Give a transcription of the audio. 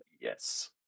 yes